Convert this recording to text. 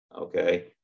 okay